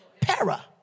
para